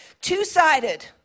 two-sided